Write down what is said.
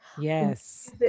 Yes